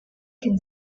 can